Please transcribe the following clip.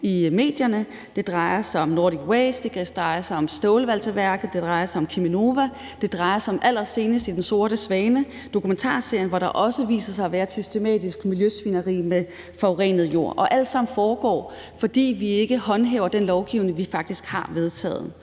det drejer sig om Cheminova, og det drejer sig allersenest om det i »Den sorte svane«, dokumentarserien, hvor det også viser sig, at der er et systematisk miljøsvineri med forurenet jord. Alt sammen foregår, fordi vi ikke håndhæver den lovgivning, vi faktisk har vedtaget.